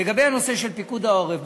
לגבי הנושא של פיקוד העורף,